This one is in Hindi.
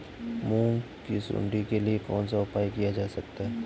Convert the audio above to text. मूंग की सुंडी के लिए कौन सा उपाय किया जा सकता है?